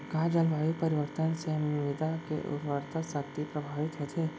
का जलवायु परिवर्तन से मृदा के उर्वरकता शक्ति प्रभावित होथे?